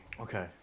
Okay